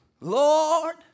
Lord